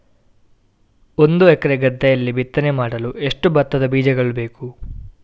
ಒಂದು ಎಕರೆ ಗದ್ದೆಯಲ್ಲಿ ಬಿತ್ತನೆ ಮಾಡಲು ಎಷ್ಟು ಭತ್ತದ ಬೀಜಗಳು ಬೇಕು?